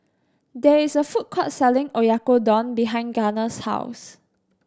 there is a food court selling Oyakodon behind Garner's house